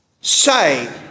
say